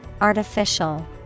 artificial